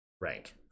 rank